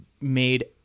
made